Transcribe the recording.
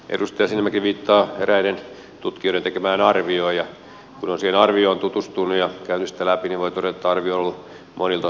edustaja sinnemäki viittaa eräiden tutkijoiden tekemään arvioon ja kun olen siihen arvioon tutustunut ja käynyt sitä läpi voin todeta että arvio on ollut monilta osin erittäin puutteellinen